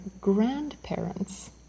grandparents